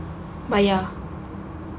oh ya